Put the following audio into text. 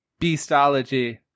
Beastology